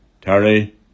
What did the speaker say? Terry